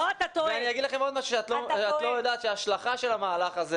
משהו נוסף, ההשלכה של המהלך הזה